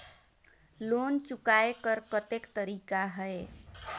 Loan चुकाय कर कतेक तरीका है?